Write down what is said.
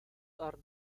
are